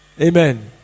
Amen